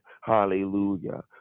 Hallelujah